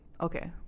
Okay